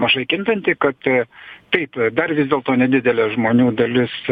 mažai kintanti kad taip dar vis dėlto nedidelė žmonių dalis